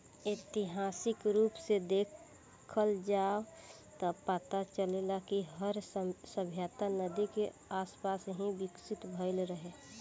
ऐतिहासिक रूप से देखल जाव त पता चलेला कि हर सभ्यता नदी के आसपास ही विकसित भईल रहे